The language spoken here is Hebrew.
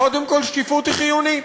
קודם כול, שקיפות היא חיונית,